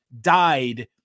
died